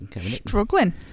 Struggling